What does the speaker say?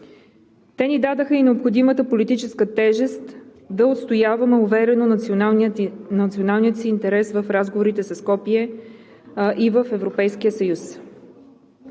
Те ни дадоха и необходимата политическа тежест да отстояваме уверено националния си интерес в разговорите със Скопие и в Европейския съюз.